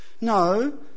No